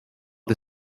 the